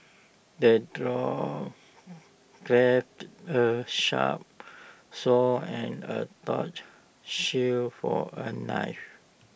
the dwarf crafted A sharp sword and A shield for A knight